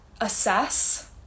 assess